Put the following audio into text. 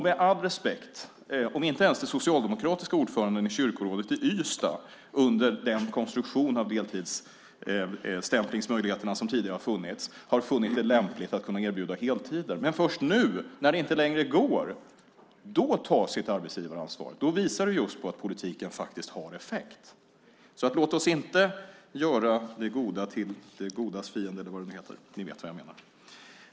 Med all respekt måste jag säga att om inte ens den socialdemokratiska ordföranden i kyrkorådet i Ystad, med den konstruktion för möjligheter till deltidsstämpling som tidigare har funnits, har funnit det lämpligt att erbjuda heltider utan först nu när detta inte längre går tar sitt ansvar, visar det att politiken faktiskt har effekt. Låt oss inte göra det bästa till det godas fiende.